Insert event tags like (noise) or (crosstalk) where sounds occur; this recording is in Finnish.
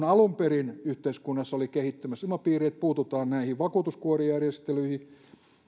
(unintelligible) alun perin yhteiskunnassa oli kehittymässä ilmapiiri että puututaan näihin vakuutuskuorijärjestelyihin